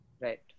Right